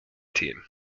team